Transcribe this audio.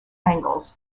angles